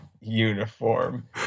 uniform